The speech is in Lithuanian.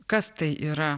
kas tai yra